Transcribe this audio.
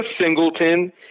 Singleton